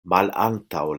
malantaŭ